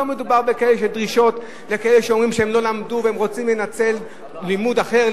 לא מדובר בדרישות לכאלה שאומרים שהם לא למדו והם רוצים לנצל לימוד אחר,